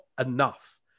enough